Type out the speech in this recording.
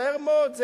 מצטער מאוד.